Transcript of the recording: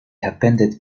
appended